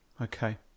Okay